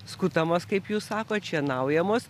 skutamos kaip jūs sakot šienaujamos